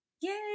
Yay